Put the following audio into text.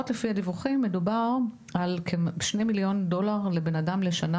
הדיווחים מדובר על כשני מיליון דולר לבן אדם לשנה.